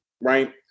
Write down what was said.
Right